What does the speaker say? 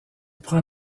prend